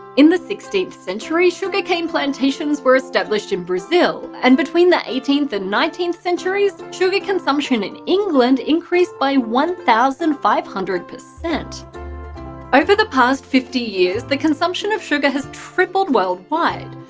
in the sixteenth century sugarcane plantations were established in brazil and between the eighteenth and nineteenth centuries, sugar consumption in england increased by one thousand five hundred. over the past fifty years, the consumption of sugar has tripled worldwide.